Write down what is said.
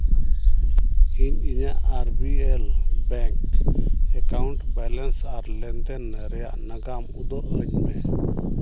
ᱤᱧ ᱤᱧᱟᱹᱜ R B L bank account balance ᱟᱨ ᱞᱮᱱᱫᱮᱱ ᱨᱮᱭᱟᱜ ᱱᱟᱜᱟᱢ ᱩᱫᱩᱜᱼᱟᱹᱧᱢᱮ